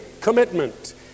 commitment